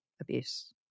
abuse